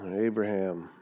Abraham